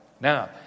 Now